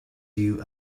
you